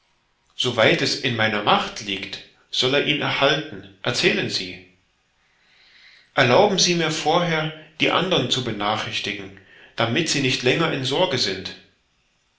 weit es in meiner macht liegt soll er ihn erhalten erzählen sie erlauben sie mir vorher die andern zu benachrichtigen damit sie nicht länger in sorge sind